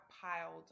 piled